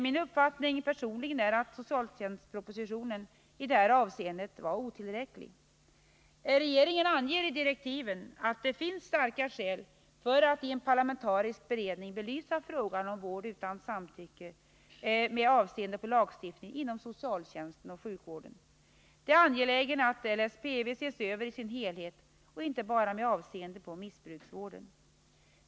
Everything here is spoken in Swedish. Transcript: Min personliga uppfattning är att socialtjänstpropositionen i detta avseende var otillräcklig. Regeringen anger i direktiven att det finns starka skäl för att i en parlamentarisk beredning belysa frågan om vård utan samtycke med avseende på lagstiftningen inom socialtjänsten och sjukvården. Det är angeläget att LSPV ses över i sin helhet och inte bara med avseende på missbruksvården.